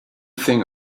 thing